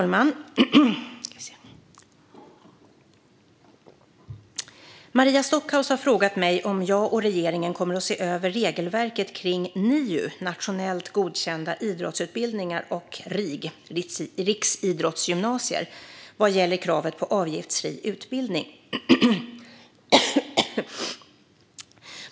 Fru talman! Maria Stockhaus har frågat mig om jag och regeringen kommer att se över regelverket kring NIU och RIG vad gäller kravet på avgiftsfri utbildning.